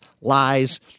lies